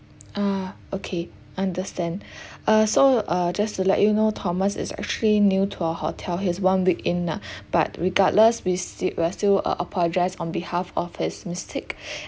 ah okay understand uh so uh just to let you know thomas is actually new to our hotel his one week in ah but regardless we s~ we are still uh apologise on behalf of his mistake